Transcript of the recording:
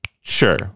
Sure